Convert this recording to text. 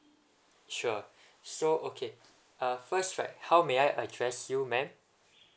sure so okay uh first right how may I address you ma'am